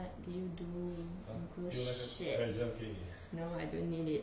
what did you do you go shit no I don't need it